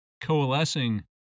coalescing